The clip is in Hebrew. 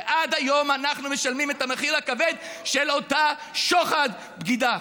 ועד היום אנחנו משלמים את המחיר הכבד של אותו שוחד: בגידה.